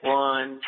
one